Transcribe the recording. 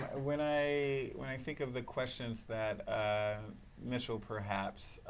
ah when i when i think of the questions that mitchell, perhaps